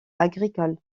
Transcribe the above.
agricoles